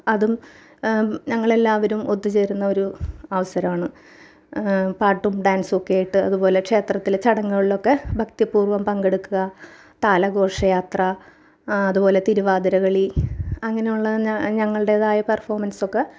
അതും ഞങ്ങളെല്ലാവരും ഒത്തുചേരുന്ന ഒരു അവസരമാണ് പാട്ടും ഡാൻസൊക്കെ ആയിട്ട് അതുപോലെ ക്ഷേത്രത്തിലെ ചടങ്ങുകളിലൊക്കെ ഭക്തി പൂർവ്വം പങ്കെടുക്കുക്ക താല ഘോഷയാത്ര അതുപോലെ തിരുവാതിര കളി അങ്ങനെയുള്ള ഞങ്ങളുടേതായ പെർഫോമൻസൊക്കെ